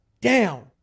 down